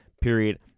period